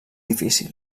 difícil